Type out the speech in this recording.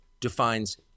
defines